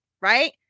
right